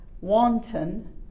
wanton